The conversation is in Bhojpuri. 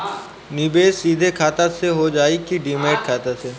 निवेश सीधे खाता से होजाई कि डिमेट खाता से?